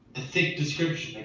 a thick description,